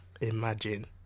imagine